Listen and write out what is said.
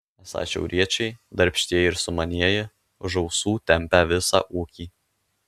esą šiauriečiai darbštieji ir sumanieji už ausų tempią visą ūkį